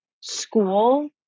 school